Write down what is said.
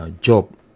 job